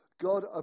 God